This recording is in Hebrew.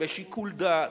בשיקול דעת,